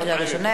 קריאה ראשונה.